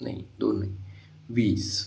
नाही दोन वीस